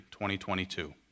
2022